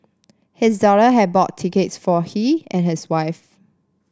his daughter had bought tickets for he and his wife